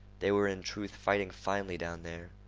they were in truth fighting finely down there.